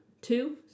Two